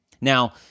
Now